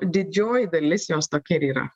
didžioji dalis jos tokia ir yra